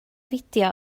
fideo